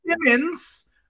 Simmons